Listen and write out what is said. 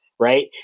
Right